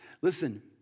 Listen